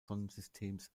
sonnensystems